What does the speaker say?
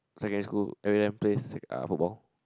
secondary school every time play s~ uh football